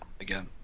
again